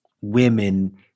women